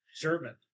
German